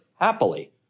happily